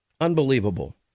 Unbelievable